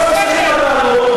אז במקום לדבר על כל הדברים הללו,